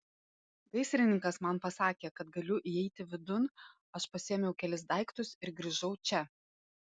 gaisrininkas man pasakė kad galiu įeiti vidun aš pasiėmiau kelis daiktus ir grįžau čia